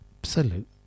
absolute